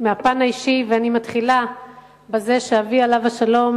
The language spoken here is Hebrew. מהפן האישי, ואני מתחילה מזה שאביו עליו השלום,